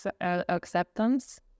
acceptance